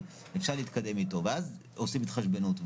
אפשר להתקדם איתו ואז עושים התחשבנות,